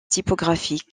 typographique